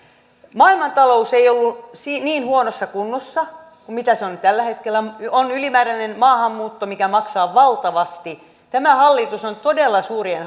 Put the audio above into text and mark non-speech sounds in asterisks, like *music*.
maailmantalous ei ollut niin huonossa kunnossa kuin mitä se on tällä hetkellä on ylimääräinen maahanmuutto mikä maksaa valtavasti tämä hallitus on todella suurien *unintelligible*